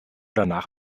danach